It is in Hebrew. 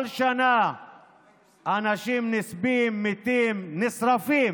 כל שנה אנשים נספים, מתים, נשרפים